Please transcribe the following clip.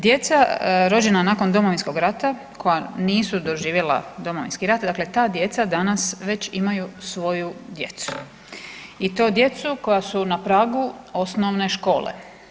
Djeca rođena nakon Domovinskog rata koja nisu doživjela Domovinski rat, dakle ta djeca danas već imaju svoju djecu i to djecu koja su na pragu osnovne škole.